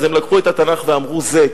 אז הם לקחו את התנ"ך ואמרו: זה.